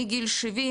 מגיל 70: